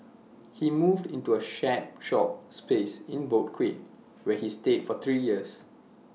he moved into A shared shop space in boat quay where he stayed for three years